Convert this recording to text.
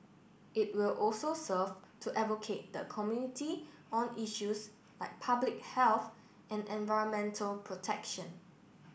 it will also serve to advocate the community on issues like public health and environmental protection